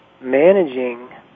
managing